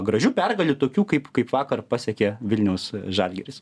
gražių pergalių tokių kaip kaip vakar pasiekė vilniaus žalgiris